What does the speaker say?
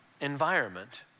environment